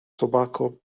tobacco